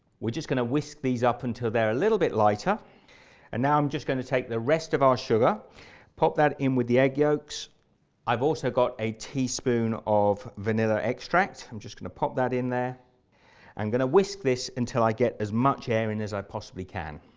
we're just going to whisk these up until they're a little bit lighter and now i'm just going to take the rest of our sugar and pop that in with the egg yolks i've also got a teaspoon of vanilla extract i'm just going to pop that in there i'm going to whisk this until i get as much air in as i possibly can